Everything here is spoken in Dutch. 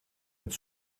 met